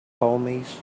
homies